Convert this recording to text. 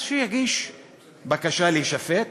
שיגיש בקשה להישפט,